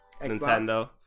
Nintendo